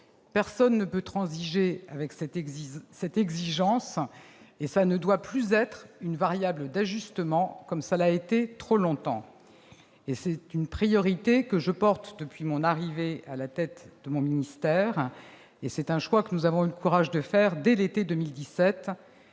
Personne ne peut transiger avec cette exigence, qui ne doit plus être une variable d'ajustement, comme cela l'a été trop longtemps. C'est une priorité que je porte depuis mon arrivée à la tête du ministère, et c'est un choix que nous avons eu le courage de faire dès l'été 2017,